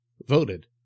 voted